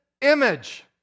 image